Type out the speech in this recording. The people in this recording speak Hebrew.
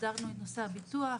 הסדרנו את נושא הביטוח,